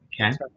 Okay